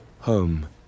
home